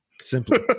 Simply